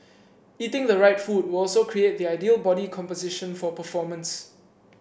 eating the right food will also create the ideal body composition for performance